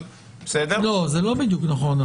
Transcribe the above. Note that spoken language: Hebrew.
לא בדיוק נכון.